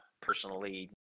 personally